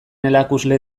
erakusle